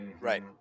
Right